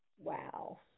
Wow